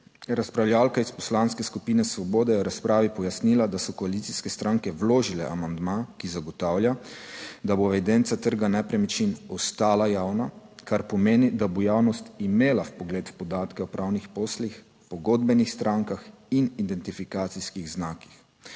Razpravljavka iz Poslanske skupine Svoboda je v razpravi pojasnila, da so koalicijske stranke vložile amandma, ki zagotavlja, da bo evidenca trga nepremičnin ostala javna, kar pomeni, da bo javnost imela vpogled v podatke o pravnih poslih, pogodbenih strankah in identifikacijskih znakih.